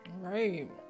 right